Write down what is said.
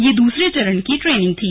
यह दूसरे चरण की ट्रेनिंग थी